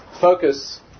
focus